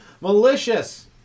Malicious